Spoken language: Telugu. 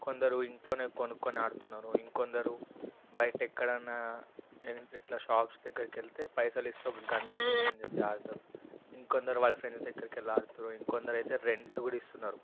కొందరు ఇంట్లోనే కొనుక్కొని ఆడుతున్నారు ఇంకొందరు బయట ఎక్కడన్నా ఇట్లా షాప్స్ దగ్గరికి వెళ్తే పైసలు ఇస్తే ఒక గంటకి ఇంతని చెప్పి ఆడుతారు ఇంకొందరు వాళ్ళ ఫ్రెండ్స్ దగ్గరికి వెళ్ళి ఆడుతారు ఇంకొందరు అయితే రెంట్స్ కూడా ఇస్తున్నారు